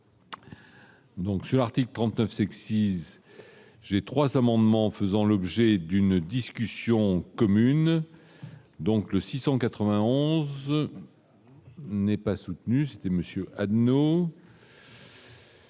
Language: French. Donc, c'est l'article 39 sexy, j'ai 3 amendements faisant l'objet d'une discussion commune. Donc, le 691 n'est pas soutenu, c'était Monsieur Adnot.